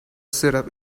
syrup